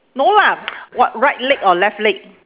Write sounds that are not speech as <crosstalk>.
no lah <noise> what right leg or left leg